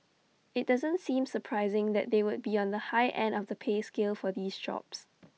IT doesn't seem surprising that they would be on the high end of the pay scale for these jobs